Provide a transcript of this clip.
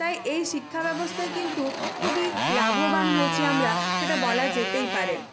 তাই এই শিক্ষাব্যবস্থায় কিন্তু খুবই লাভবান হয়েছি আমরা সেটা বলা যেতেই পারে